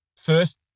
first